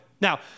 Now